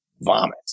vomit